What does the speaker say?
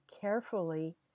carefully